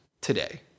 today